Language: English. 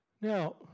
Now